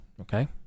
Okay